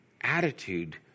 attitude